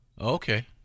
Okay